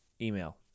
Email